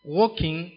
walking